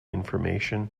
information